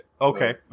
Okay